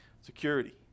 security